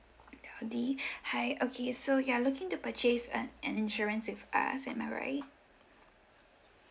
you're di hi okay so you are looking to purchase an an insurance with us am I right